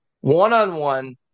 one-on-one